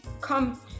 come